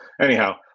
anyhow